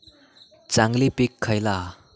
चांगली पीक खयला हा?